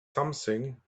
something